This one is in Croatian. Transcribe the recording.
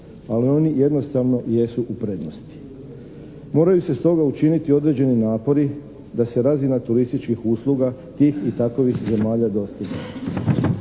ali oni jednostavno jesu u prednosti. Moraju se stoga učiniti određeni napori da se razina turističkih usluga tih i takovih zemalja dostigne.